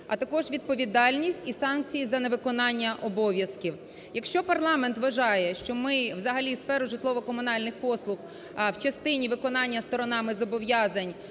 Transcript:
а також відповідальність і санкції за невиконання обов'язків. Якщо парламент вважає, що ми взагалі сферу житлово-комунальних послуг в частині виконання сторонами зобов'язань